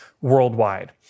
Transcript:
worldwide